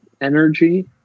energy